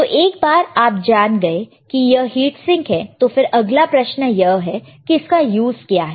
तो एक बार आप जान गए कि यह हीटसिंक है तो फिर अगला प्रश्न यह है कि इसका यूज क्या है